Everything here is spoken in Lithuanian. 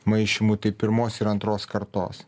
maišymo tai pirmos ir antros kartos